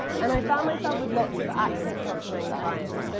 and i found myself with lots of accent softening clients. so